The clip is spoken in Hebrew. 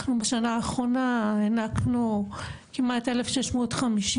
בשנה האחרונה הענקנו כמעט 1,650